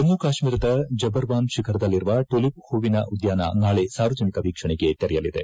ಜಮ್ನು ಕಾಶ್ಮೀರದ ಜಬರ್ವಾನ್ ಶಿಖರದಲ್ಲಿರುವ ಟುಲಿಪ್ ಹೂವಿನ ಉದ್ಲಾನ ನಾಳೆ ಸಾರ್ವಜನಿಕ ವೀಕ್ಷಣೆಗೆ ತೆರೆಯಲಿದೆ